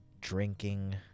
drinking